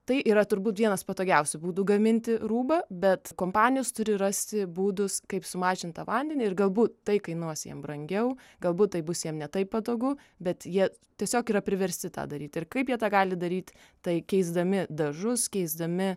tai yra turbūt vienas patogiausių būdų gaminti rūbą bet kompanijos turi rasti būdus kaip sumažint tą vandenį ir galbūt tai kainuos jiem brangiau galbūt tai bus jiem ne taip patogu bet jie tiesiog yra priversti tą daryt ir kaip jie tą gali daryt tai keisdami dažus keisdami